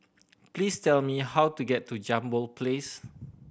please tell me how to get to Jambol Place